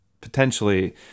potentially